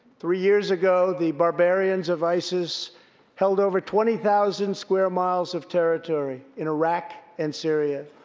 three years ago, the barbarians of isis held over twenty thousand square miles of territory in iraq and syria.